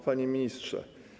Panie Ministrze!